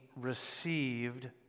received